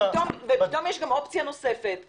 ופתאום יש גם אופציה נוספת שקמה,